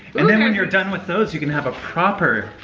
and then when you're done with those, you can have a proper,